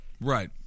Right